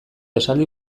esaldi